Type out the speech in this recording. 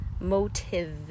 motive